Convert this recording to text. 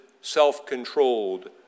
self-controlled